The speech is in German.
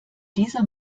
dieser